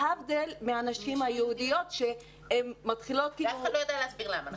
להבדיל מהנשים היהודיות שהן מתחילות --- ואף אחד לא יודע להסביר למה.